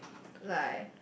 like